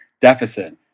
deficit